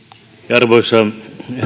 arvoisa